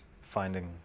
finding